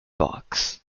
box